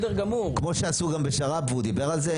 כמו שעשו גם בשר"פ והוא דיבר על זה,